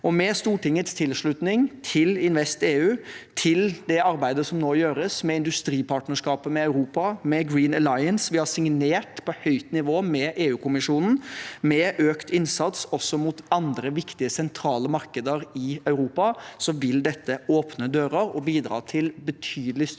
Med Stortingets tilslutning til InvestEU, til det arbeidet som nå gjøres med industripartnerskapet med Europa, med Green Alliance – vi har signert på høyt nivå med EU-kommisjonen – og med økt innsats også mot andre viktige, sentrale markeder i Europa, vil dette åpne dører og bidra til betydelig større